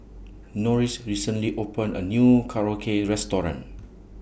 Norris recently opened A New Korokke Restaurant